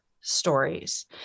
stories